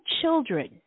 children